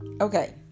Okay